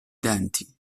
denti